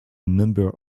number